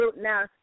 now